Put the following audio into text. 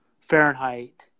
Fahrenheit